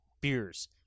beers